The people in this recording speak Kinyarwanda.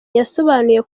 yasobanuye